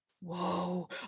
Whoa